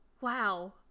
Wow